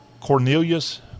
Cornelius